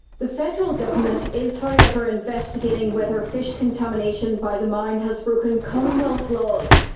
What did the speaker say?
the federal government is however investigating whether fish contamination by the mine has broken commonwealth laws.